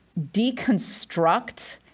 deconstruct